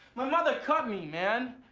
my mother cut me, man.